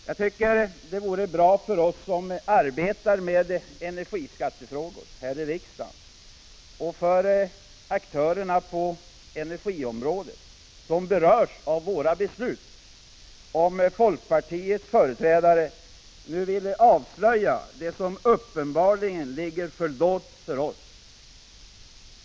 Jag tycker det vore bra för oss som arbetar med energiskattefrågor här i riksdagen och för aktörerna på energiområdet, som berörs av våra beslut, om folkpartiets företrädare nu vill avslöja det som uppenbarligen ligger fördolt för oss.